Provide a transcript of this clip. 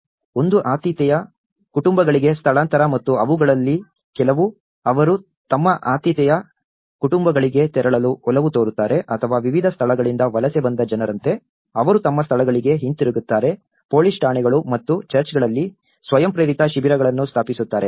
ಒಂದು ಆತಿಥೇಯ ಕುಟುಂಬಗಳಿಗೆ ಸ್ಥಳಾಂತರ ಮತ್ತು ಅವುಗಳಲ್ಲಿ ಕೆಲವು ಅವರು ತಮ್ಮ ಆತಿಥೇಯ ಕುಟುಂಬಗಳಿಗೆ ತೆರಳಲು ಒಲವು ತೋರುತ್ತಾರೆ ಅಥವಾ ವಿವಿಧ ಸ್ಥಳಗಳಿಂದ ವಲಸೆ ಬಂದ ಜನರಂತೆ ಅವರು ತಮ್ಮ ಸ್ಥಳಗಳಿಗೆ ಹಿಂತಿರುಗುತ್ತಾರೆ ಪೊಲೀಸ್ ಠಾಣೆಗಳು ಮತ್ತು ಚರ್ಚ್ಗಳಲ್ಲಿ ಸ್ವಯಂಪ್ರೇರಿತ ಶಿಬಿರಗಳನ್ನು ಸ್ಥಾಪಿಸುತ್ತಾರೆ